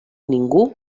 ningú